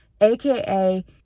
aka